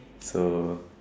so